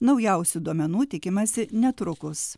naujausių duomenų tikimasi netrukus